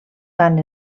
tant